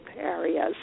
areas